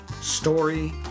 story